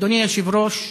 אדוני היושב-ראש,